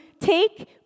take